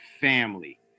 family